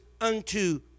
unto